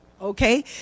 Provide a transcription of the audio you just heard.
Okay